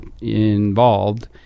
involved